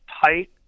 tight